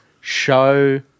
show